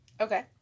Okay